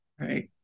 Right